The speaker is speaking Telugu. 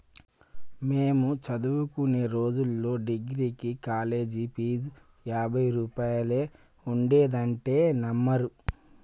మేము చదువుకునే రోజుల్లో డిగ్రీకి కాలేజీ ఫీజు యాభై రూపాయలే ఉండేదంటే నమ్మరు